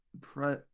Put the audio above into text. pre